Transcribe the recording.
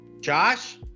josh